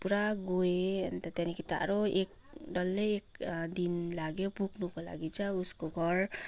पुरा गएँ अन्त त्यहाँदेखि टाढो एक डल्लै एक दिन लाग्यो पुग्नुको लागि चाहिँ अब उसको घर